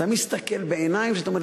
אתה מסתכל בעיניים ואתה אומר: